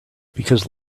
because